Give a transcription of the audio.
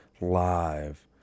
live